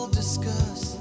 discuss